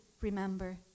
remember